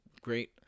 great